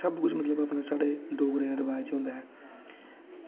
सबकुछ साढ़े अपने मतलब की डोगरी चें रवाज़ होंदा ऐ